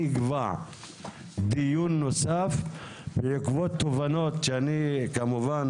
אני אקבע דיון נוסף בעקבות תובנות שכמובן